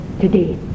today